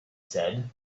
said